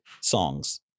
songs